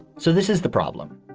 so this is the problem.